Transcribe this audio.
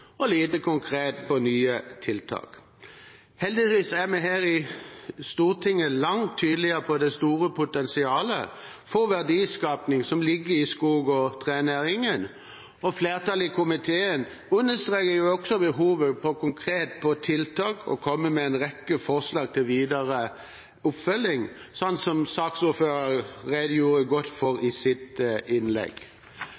og lite konkrete på nye tiltak. Heldigvis er vi her i Stortinget langt tydeligere på det store potensialet for verdiskaping som ligger i skog- og trenæringen. Flertallet i komiteen understreker også behovet for å være konkret når det gjelder tiltak, og kommer med en rekke forslag til videre oppfølging, noe saksordføreren redegjorde godt for